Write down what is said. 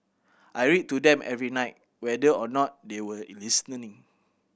I read to them every night whether or not they were listening